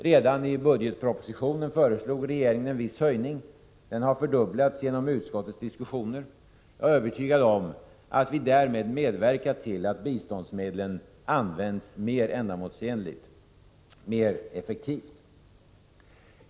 Redan i budgetpropositionen föreslog regeringen en viss höjning. Den har fördubblats genom utskottets diskussioner. Jag är övertygad om, att vi därmed medverkat till att biståndsmedlen används mer ändamålsenligt, mer effektivt.